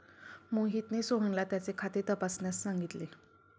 मोहितने सोहनला त्याचे खाते तपासण्यास सांगितले